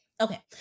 Okay